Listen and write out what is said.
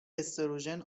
استروژن